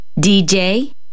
DJ